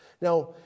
Now